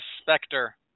Spectre